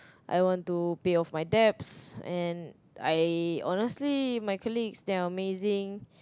I want to pay off my debts and I honestly my colleagues they are amazing